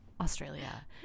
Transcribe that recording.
Australia